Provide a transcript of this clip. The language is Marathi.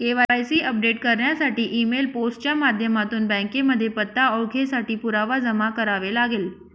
के.वाय.सी अपडेट करण्यासाठी ई मेल, पोस्ट च्या माध्यमातून बँकेमध्ये पत्ता, ओळखेसाठी पुरावा जमा करावे लागेल